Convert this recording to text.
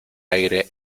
aire